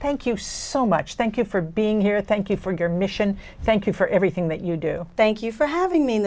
thank you so much thank you for being here thank you for your mission thank you for everything that you do thank you for having m